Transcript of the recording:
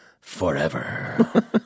forever